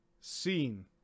seen